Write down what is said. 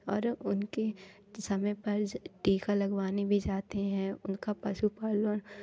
और उनके समय पर टीका लगवाने भी जाते हैं उनका पशु पालन